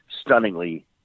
stunningly